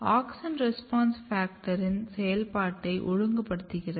auxin AUXIN RESPONSE FACTOR இன் செயல்பாட்டை ஒழுங்குபடுத்துகிறது